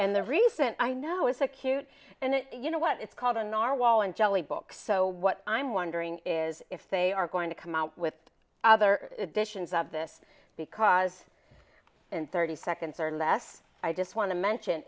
and the recent i know it's a cute and you know what it's called an r wall and jelly book so what i'm wondering is if they are going to come out with other editions of this because in thirty seconds or less i just want to mention